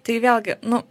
tai vėlgi nu